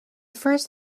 first